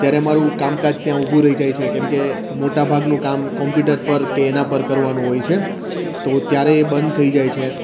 ત્યારે મારું કામકાજ ત્યાં ઊભું રહી જાય છે કેમકે મોટાભાગનું કામ કોમ્પ્યુટર પર કે એનાં પર કરવાનું હોય છે તો ત્યારે એ બંધ થઈ જાય છે